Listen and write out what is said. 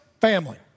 Family